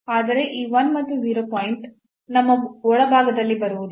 ಆದರೆ ಈ 1 ಮತ್ತು 0 ಪಾಯಿಂಟ್ ನಮ್ಮ ಒಳಭಾಗದಲ್ಲಿ ಬರುವುದಿಲ್ಲ